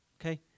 Okay